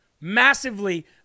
Massively